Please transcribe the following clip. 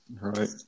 right